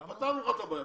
פתרנו לך את הבעיה.